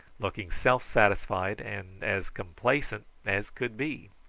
looking self-satisfied and as complacent as could be.